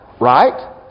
right